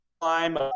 climb